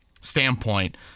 standpoint